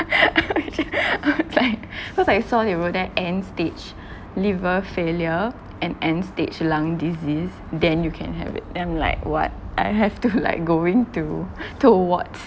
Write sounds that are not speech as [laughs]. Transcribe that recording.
[laughs] old age ah [laughs] I was like [laughs] cause I saw they wrote there end stage liver failure and end stage lung disease then you can have it then I'm like what I have to like [laughs] going to~ towards